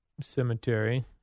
Cemetery